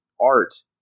art